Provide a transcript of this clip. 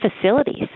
facilities